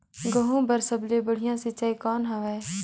गहूं बर सबले बढ़िया सिंचाई कौन हवय?